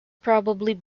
probably